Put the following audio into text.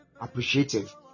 appreciative